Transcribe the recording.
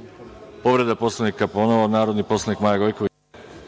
narodni poslanik Maja Gojković, povreda Poslovnika. **Maja Gojković**